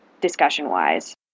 discussion-wise